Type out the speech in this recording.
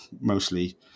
mostly